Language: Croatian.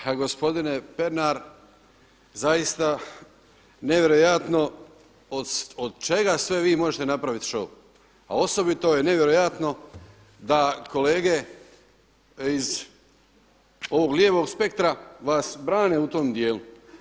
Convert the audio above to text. Ha gospodine Pernar, zaista nevjerojatno od čega sve vi možete napraviti šou, a osobito je nevjerojatno da kolege iz ovog lijevog spektra vas brane u tom dijelu.